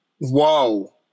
Whoa